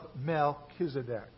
Melchizedek